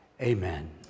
Amen